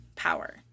power